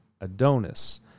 Adonis